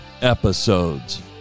episodes